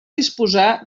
disposar